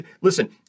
listen